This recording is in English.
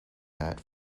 that